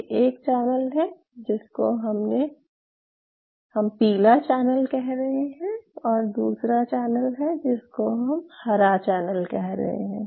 ये एक चैनल है जिसको हम पीला चैनल कह रहे हैं और ये दूसरा चैनल है जिसको हम हरा चैनल कह रहे हैं